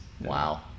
Wow